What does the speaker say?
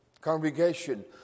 congregation